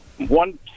One